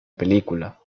película